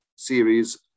series